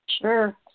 Sure